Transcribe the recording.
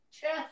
Chest